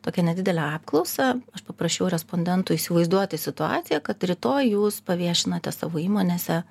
tokia nedidele apklausa aš paprašiau respondentų įsivaizduoti situaciją kad rytoj jūs paviešinate savo įmonėse